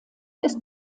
ist